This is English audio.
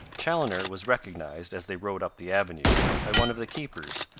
chaloner was recognized, as they rode up the avenue, by one of the keepers,